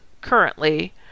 currently